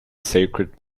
sacred